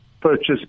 purchase